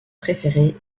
préféré